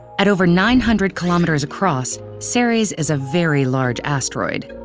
at over nine hundred kilometers across, ceres is a very large asteroid.